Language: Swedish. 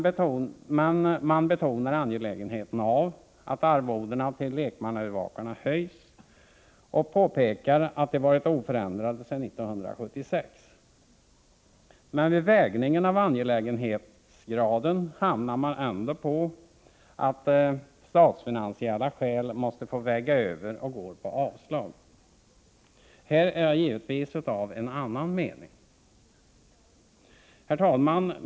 Utskottet betonar angelägenheten av att arvodena till lekmannaövervakarna höjs och påpekar att de varit oförändrade sedan år 1976. Men vid avvägningen av angelägenhetsgraden hamnar utskottet ändå på ståndpunkten att statsfinansiella skäl måste få väga över och avstyrker motionskravet. I fråga om den bedömningen är jag givetvis av annan mening. Herr talman!